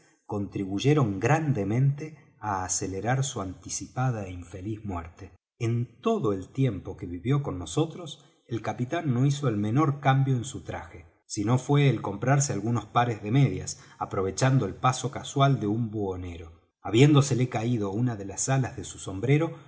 contribuyeron grandemente á acelerar su anticipada é infeliz muerte en todo el tiempo que vivió con nosotros el capitán no hizo el menor cambio en su traje sino fué el comprarse algunos pares de medias aprovechando el paso casual de un buhonero habiéndosele caído una de las alas de su sombrero